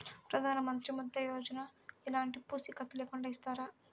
ప్రధానమంత్రి ముద్ర యోజన ఎలాంటి పూసికత్తు లేకుండా ఇస్తారా?